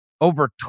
over